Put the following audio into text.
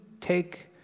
take